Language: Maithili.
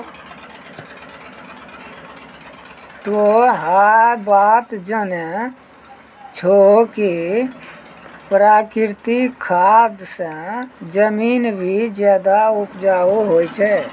तोह है बात जानै छौ कि प्राकृतिक खाद स जमीन भी ज्यादा उपजाऊ होय छै